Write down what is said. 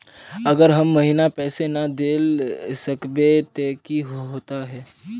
अगर हर महीने पैसा ना देल सकबे ते की होते है?